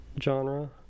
Genre